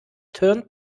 turned